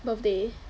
birthday